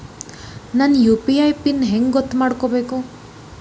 ನನ್ನ UPI PIN ಹೆಂಗ್ ಗೊತ್ತ ಮಾಡ್ಕೋಬೇಕು?